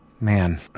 Man